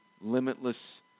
limitless